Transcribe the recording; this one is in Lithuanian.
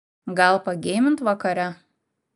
gal pageimint vakare